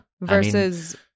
Versus